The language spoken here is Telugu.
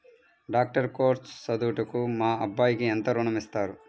డాక్టర్ కోర్స్ చదువుటకు మా అబ్బాయికి ఎంత ఋణం ఇస్తారు?